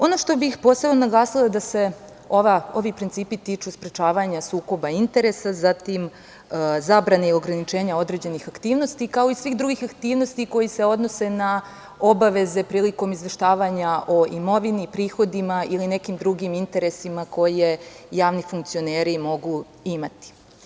Ono što bih posebno naglasila je da se ovi principi tiču sprečavanja sukoba interesa, zatim zabrane i ograničenja određenih aktivnosti, kao i svih drugih aktivnosti koje se odnose na obaveze prilikom izveštavanja o imovini, prihodima ili nekim drugim interesima koje javni funkcioneri mogu imati.